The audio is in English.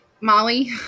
Molly